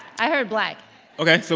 i heard black ok, so